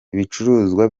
ibicuruzwa